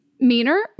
meaner